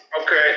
Okay